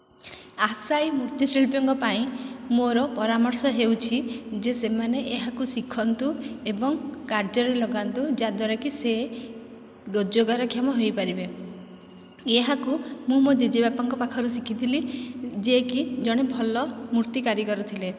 ଆଶାୟୀ ମୂର୍ତ୍ତିଶିଳ୍ପୀଙ୍କ ପାଇଁ ମୋର ପରାମର୍ଶ ହେଉଛି ଯେ ସେମାନେ ଏହାକୁ ଶିଖନ୍ତୁ ଏବଂ କାର୍ଯ୍ୟରେ ଲଗାନ୍ତୁ ଯାଦ୍ୱାରାକି ସେ ରୋଜଗାରକ୍ଷମ ହୋଇପାରିବେ ଏହାକୁ ମୁଁ ମୋ ଜେଜେବାପାଙ୍କ ପାଖରୁ ଶିଖିଥିଲି ଯିଏକି ଜଣେ ଭଲ ମୂର୍ତ୍ତି କାରିଗର ଥିଲେ